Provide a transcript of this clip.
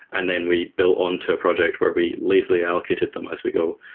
and then we built on to a project where we lazily allocated them as we go.